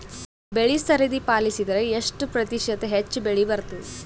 ಬೆಳಿ ಸರದಿ ಪಾಲಸಿದರ ಎಷ್ಟ ಪ್ರತಿಶತ ಹೆಚ್ಚ ಬೆಳಿ ಬರತದ?